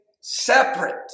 separate